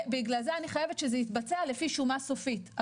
בגלל זה אני חייבת שזה יתבצע לפי שומה סופית.